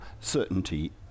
certainty